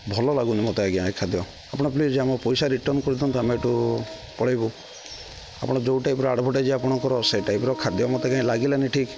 ଭଲ ଲାଗୁନି ମୋତେ ଆଜ୍ଞା ଏ ଖାଦ୍ୟ ଆପଣ ପ୍ଲିଜ ଆମ ପଇସା ରିଟର୍ଣ୍ଣ କରିିଦିଅନ୍ତୁ ଆମେ ଏଠୁ ପଳାଇବୁ ଆପଣ ଯେଉଁ ଟାଇପ୍ର ଆଡ଼ଭାଟାଇଜ ଆପଣଙ୍କର ସେଇ ଟାଇପ୍ର ଖାଦ୍ୟ ମୋତେ କାଇଁ ଲାଗିଲାନି ଠିକ୍